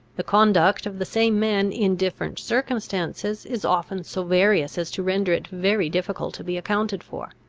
the conduct of the same man in different circumstances, is often so various as to render it very difficult to be accounted for.